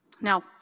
Now